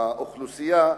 האוכלוסייה,